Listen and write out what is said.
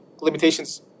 Limitations